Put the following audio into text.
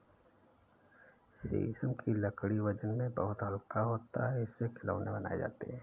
शीशम की लकड़ी वजन में बहुत हल्का होता है इससे खिलौने बनाये जाते है